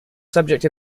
subject